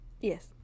Yes